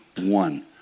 one